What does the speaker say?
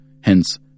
hence